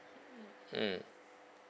mm